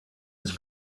was